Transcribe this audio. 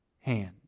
hand